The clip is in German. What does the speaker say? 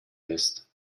lässt